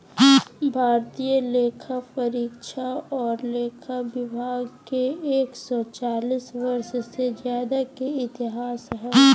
भारतीय लेखापरीक्षा और लेखा विभाग के एक सौ चालीस वर्ष से ज्यादा के इतिहास हइ